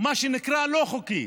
מה שנקרא לא חוקי,